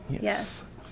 Yes